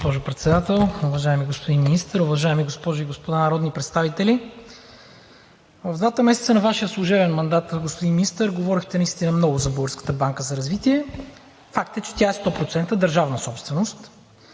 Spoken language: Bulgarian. Благодаря Ви, госпожо Председател. Уважаеми господин Министър, уважаеми госпожи и господа народни представители! В двата месеца на Вашия служебен мандат, господин Министър, говорехте наистина много за Българската банка за развитие. Факт е, че тя е 100% държавна собственост.